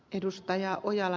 rouva puhemies